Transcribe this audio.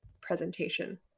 presentation